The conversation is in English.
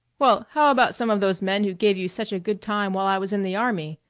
well, how about some of those men who gave you such a good time while i was in the army?